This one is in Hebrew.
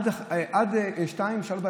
עד 02:00 03:00,